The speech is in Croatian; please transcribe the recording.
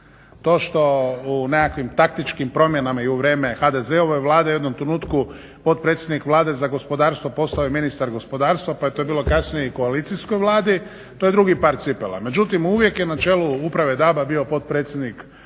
To što u nekakvim taktičkim promjenama i u vrijeme HDZ-ove Vlade je u jednom trenutku potpredsjednik vlade za gospodarstvo postao je ministar gospodarstva pa je to bilo kasnije i koalicijskoj vladi, to je drugi par cipela. Međutim uvijek je na čelu uprave DAB-a bio potpredsjednik vlade za gospodarstvo.